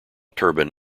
turban